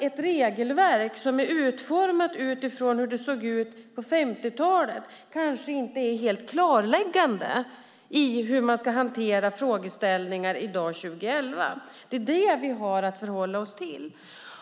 Ett regelverk som är utformat utifrån hur det såg ut på 50-talet kanske inte är helt klarläggande om hur man ska hantera frågeställningar 2011. Det är det vi har att förhålla oss till.